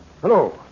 hello